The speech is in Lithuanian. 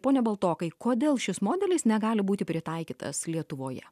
pone baltokai kodėl šis modelis negali būti pritaikytas lietuvoje